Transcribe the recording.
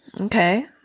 Okay